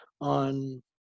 on